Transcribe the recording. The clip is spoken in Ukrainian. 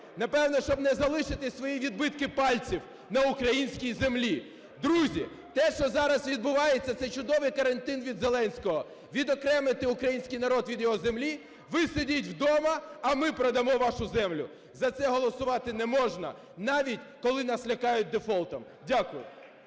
Напевно, щоб не залишити свої відбитки пальців на українській землі. Друзі, те, що зараз відбувається, це чудовий карантин від Зеленського: відокремити український народ від його землі, ви сидіть вдома, а ми продамо вашу землю. За це голосувати не можна, навіть коли нас лякають дефолтом. Дякую.